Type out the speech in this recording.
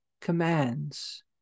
commands